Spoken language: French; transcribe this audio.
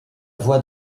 voie